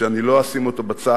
שאני לא אשים אותו בצד,